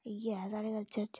इ'यै ऐ साढ़े कल्चर च